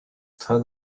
turn